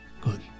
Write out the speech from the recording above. Good